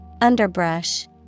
Underbrush